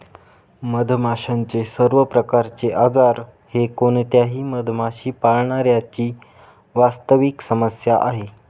मधमाशांचे सर्व प्रकारचे आजार हे कोणत्याही मधमाशी पाळणाऱ्या ची वास्तविक समस्या आहे